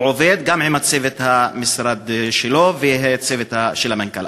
הוא עובד גם עם צוות המשרד שלו והצוות של המנכ"ל.